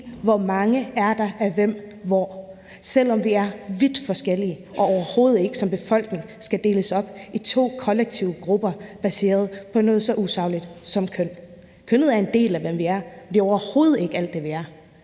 hvor mange der er af hvem hvor, selv om vi er vidt forskellige og overhovedet ikke som befolkning skal deles op i to kollektive grupper baseret på noget så usagligt som køn. Kønnet er en del af, hvem vi er, men det er overhovedet ikke alt det, vi er,